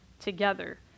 together